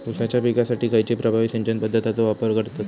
ऊसाच्या पिकासाठी खैयची प्रभावी सिंचन पद्धताचो वापर करतत?